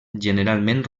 generalment